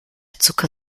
zucker